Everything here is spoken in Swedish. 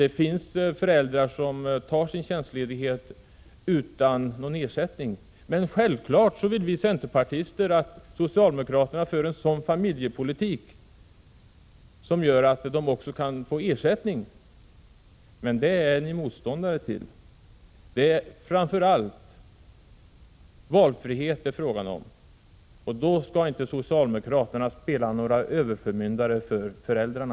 Det finns föräldrar som tar ut sin tjänstledighet utan någon ersättning, men självfallet ser vi centerpartister gärna att socialdemo 129 kraterna för en familjepolitik som gör det möjligt för föräldrarna att också få ersättning. Men en sådan politik är ni motståndare till. Det är framför allt valfrihet det är fråga om. Då skall inte socialdemokraterna spela rollen av överförmyndare för föräldrarna.